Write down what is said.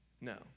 No